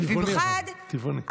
אבל טבעוני, טבעוני.